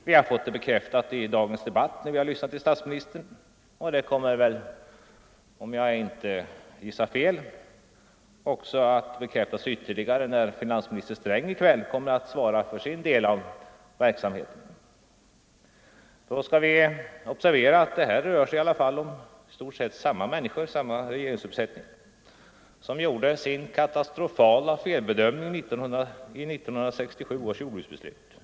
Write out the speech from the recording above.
Vi har fått det bekräftat i dagens debatt, när vi lyssnat till statsministern, och det kommer väl — om jag inte gissar fel — att ytterligare bekräftas när finansminister Sträng i kväll skall svara för sin del av verksamheten. Då skall vi observera att det i alla fall rör sig om samma människor, samma regeringsuppsättning, som gjorde den katastrofala felbedömningen vid 1967 års jordbruksbeslut.